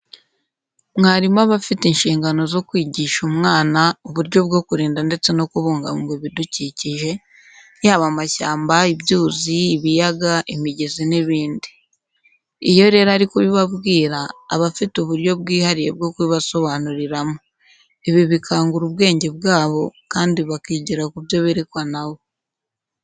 Mwarimu aba afite inshingano zo kwigisha umwana uburyo bwo kurinda ndetse no kubungabunga ibidukikije yaba amashyamba, ibyuzi, ibiyaga, imigezi n'ibindi. Iyo rero ari kubibabwira aba afite uburyo bwihariye bwo kubibasobanuriramo. Ibi bikangura ubwenge bwabo, kandi bakigira ku byo berekwa na we.